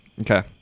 Okay